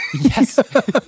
Yes